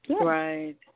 Right